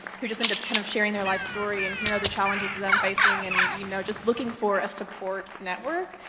who just end up kind of sharing their life story, and here are the challenges that i'm facing, and, you know, just looking for a support network.